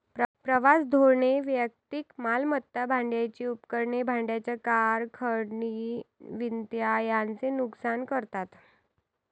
प्रवास धोरणे वैयक्तिक मालमत्ता, भाड्याची उपकरणे, भाड्याच्या कार, खंडणी विनंत्या यांचे नुकसान करतात